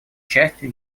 частью